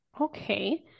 Okay